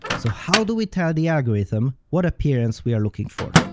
so how do we tell the algorithm what appearance we are looking for?